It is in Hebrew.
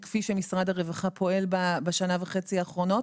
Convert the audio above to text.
כפי שמשרד הרווחה פועל בשנה וחצי האחרונות.